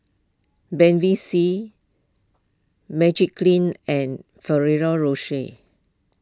Bevy C Magiclean and Ferrero Rocher